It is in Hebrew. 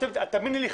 תאמיני לי,